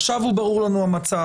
עכשיו הוא ברור לנו המצב.